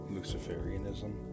Luciferianism